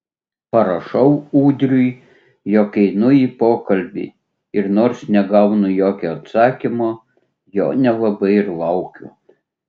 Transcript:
parašau ūdriui jog einu į pokalbį ir nors negaunu jokio atsakymo jo nelabai ir laukiu